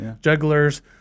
jugglers